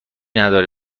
نداره